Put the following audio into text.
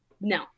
No